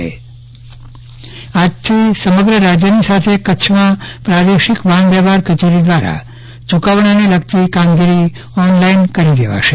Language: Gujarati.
ચંદ્રવદન પટ્ટણી ઓનલાઈન પેમેન્ટ આજથી સમગ્ર રાજ્યની સાથે કચ્છમાં પ્રાદેશિક વાહન વ્યવહાર કચેરી દ્વારા ચુકવણાને લગતી કામગીરી ઓનલાઈન કરી દેવોશ